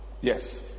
Yes